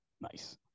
nice